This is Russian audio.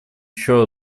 еще